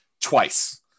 twice